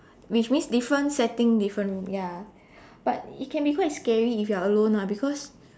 which means different setting different room ya but it can be quite scary if you are alone ah because